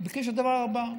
הוא ביקש את הדבר הבא,